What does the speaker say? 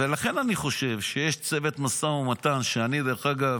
אני חושב שיש צוות משא ומתן, שאני דרך אגב,